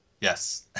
Yes